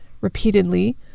repeatedly